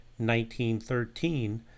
1913